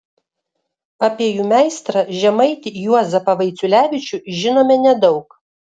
apie jų meistrą žemaitį juozapą vaiciulevičių žinome nedaug